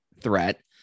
threat